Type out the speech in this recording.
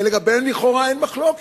שלגביהם לכאורה אין מחלוקת.